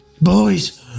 Boys